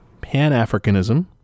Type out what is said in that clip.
pan-africanism